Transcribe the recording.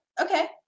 Okay